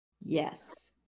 yes